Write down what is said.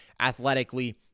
athletically